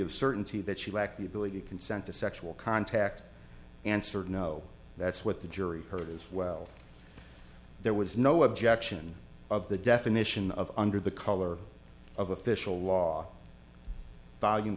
of certainty that she lacked the ability to consent to sexual contact answered no that's what the jury heard as well there was no objection of the definition of under the color of official law volume